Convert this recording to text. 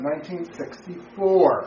1964